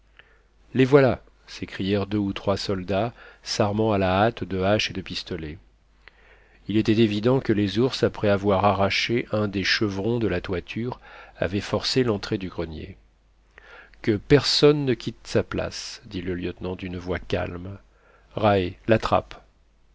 les voilà s'écrièrent deux ou trois soldats s'armant à la hâte de haches et de pistolets il était évident que les ours après avoir arraché un des chevrons de la toiture avaient forcé l'entrée du grenier que personne ne quitte sa place dit le lieutenant d'une voix calme rae la trappe